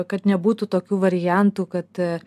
kad nebūtų tokių variantų kad